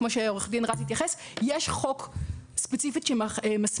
כמו שעורך דין רז התייחס, יש חוק ספציפי שמסמיך.